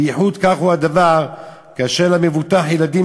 בייחוד כך הוא הדבר כאשר למבוטח ילדים